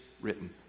written